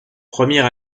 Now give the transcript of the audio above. premier